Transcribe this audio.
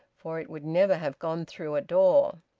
for it would never have gone through a door.